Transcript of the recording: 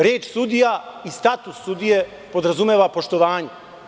Reč sudija i status sudije podrazumeva poštovanje.